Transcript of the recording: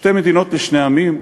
שתי מדינות לשני עמים,